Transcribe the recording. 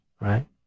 right